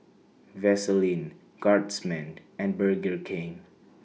Vaseline Guardsman and Burger King